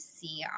see